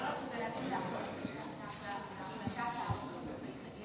זאת אומרת, זה נתון להחלטתה של הרשות המקומית?